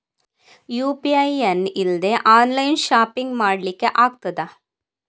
UPI pin ಇಲ್ದೆ online shopping ಮಾಡ್ಲಿಕ್ಕೆ ಆಗ್ತದಾ?